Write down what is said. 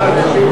זוארץ, הוא